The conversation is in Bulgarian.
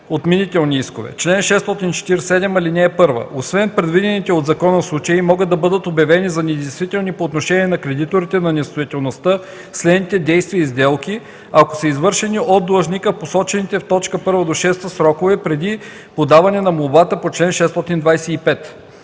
„Отменителни искове Чл. 647. (1) Освен в предвидените от закона случаи могат да бъдат обявени за недействителни по отношение на кредиторите на несъстоятелността следните действия и сделки, ако са извършени от длъжника в посочените в т. 1-6 срокове преди подаване на молбата по чл. 625: